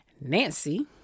Nancy